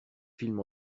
films